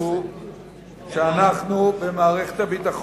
חשוב לנו שהאלמנות יחושו שאנחנו במערכת הביטחון,